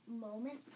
moments